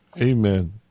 amen